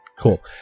Cool